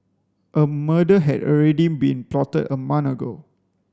a murder had already been plotted a month ago